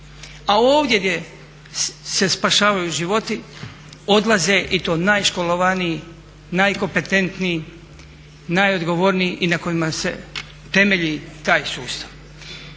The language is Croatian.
A ovdje gdje se spašavaju životi odlaze i to najškolovaniji, najkompetentniji, najodgovorniji i na kojima se temelji taj sustav.